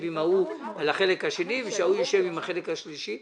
עם ההוא על החלק השני ושההוא יישב עם החלק השלישי.